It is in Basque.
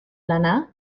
lana